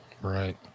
Right